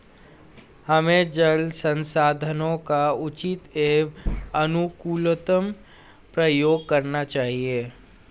हमें जल संसाधनों का उचित एवं अनुकूलतम प्रयोग करना चाहिए